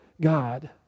God